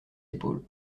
épaules